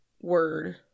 Word